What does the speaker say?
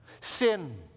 Sin